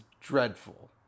dreadful